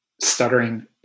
stuttering